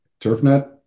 TurfNet